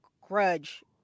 grudge